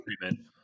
treatment